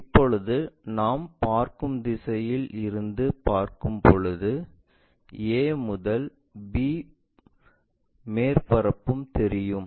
இப்போது நாம் பார்க்கும் திசையில் இருந்து பார்க்கும் போது a முதல் b மேற்பரப்பும் தெரியும்